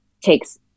takes